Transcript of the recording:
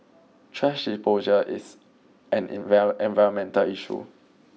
trash disposal is an environmental issue